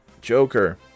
Joker